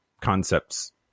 concepts